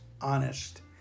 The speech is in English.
honest